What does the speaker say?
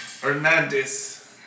Hernandez